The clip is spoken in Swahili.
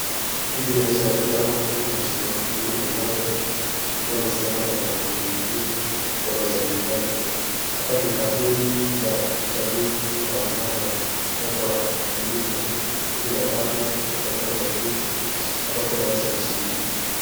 Huyu ni rais wa kitambo mheshimiwa Uhuru Kenyatta akiwa amesimama na mwanamke mwingine wamesalimiana. Hapa ni kampeni za uchaguzi wa mnamo wa mwaka wa elfu mbili na kumi na tatu katika uchaguzi, hapa kwa urais alishinda.